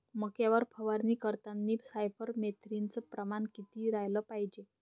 मक्यावर फवारनी करतांनी सायफर मेथ्रीनचं प्रमान किती रायलं पायजे?